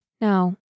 No